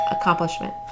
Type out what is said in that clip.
accomplishment